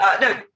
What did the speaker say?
No